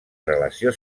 relació